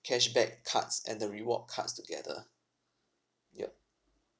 cashback cards and the reward cards together yup